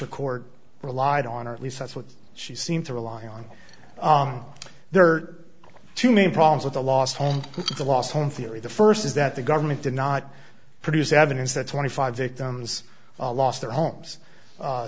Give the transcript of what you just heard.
record relied on or at least that's what she seemed to rely on there are two main problems with the last home of the last home theory the st is that the government did not produce evidence that twenty five victims lost their homes